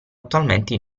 attualmente